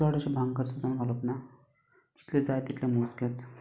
चडशें भांगर शिंगर घालप ना जितलें जाय तितलेंच मोजकेंच